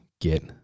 get